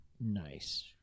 Nice